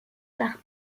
par